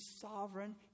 sovereign